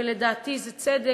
ולדעתי זה צדק,